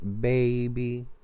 baby